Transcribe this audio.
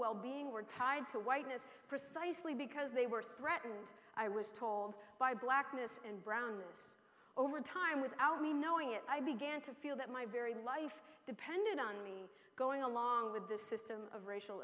wellbeing were tied to whiteness precisely because they were threatened i was told by blackness and brownness over time without me knowing it i began to feel that my very life depended on me going along with this system of racial